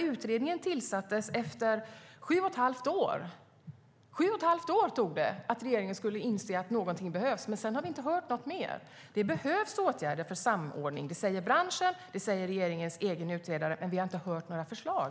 Utredningen tillsattes efter sju och ett halvt år. Så lång tid tog det för regeringen att inse att någonting behövs. Men sedan har vi inte hört något mer. Det behövs åtgärder för samordning. Det säger branschen och regeringens egen utredare, men vi har inte hört några förslag.